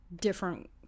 different